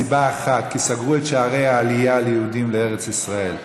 מסיבה אחת: כי סגרו את שערי העלייה ליהודים לארץ ישראל.